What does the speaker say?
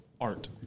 art